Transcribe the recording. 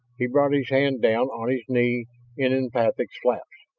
he brought his hand down on his knee in emphatic slaps.